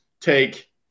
take